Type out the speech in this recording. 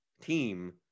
team